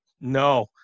no